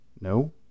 No